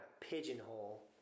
pigeonhole